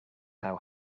how